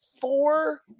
four